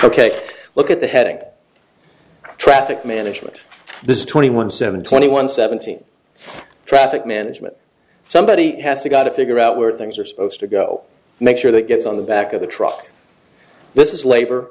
ok look at the heading traffic management this twenty one seven twenty one seventy traffic management somebody has got to figure out where things are supposed to go make sure that gets on the back of the truck this is labor